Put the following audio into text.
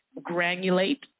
granulate